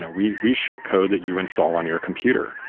ah we we ship code that you install on your computer.